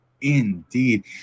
Indeed